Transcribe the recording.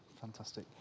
fantastic